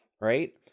right